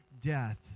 death